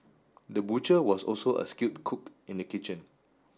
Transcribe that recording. the butcher was also a skilled cook in the kitchen